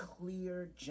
clear